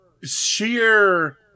sheer